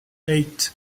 eight